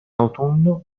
autunno